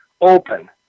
open